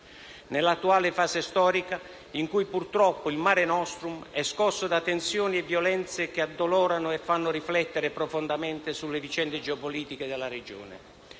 nell'attuale fase storica in cui purtroppo il *mare nostrum* è scosso da tensioni e violenze che addolorano e fanno riflettere profondamente sulle vicende geopolitiche della regione.